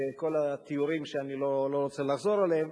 וכל התיאורים שאני לא רוצה לחזור עליהם.